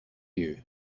you